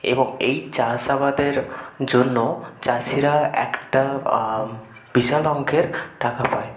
এবং এই চাষ আবাদের জন্য চাষিরা একটা বিশাল অঙ্কের টাকা পায়